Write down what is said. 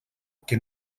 que